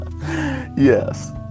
Yes